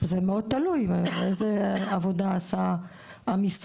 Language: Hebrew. זה מאוד תלוי באיזה עבודה עשה המשרד,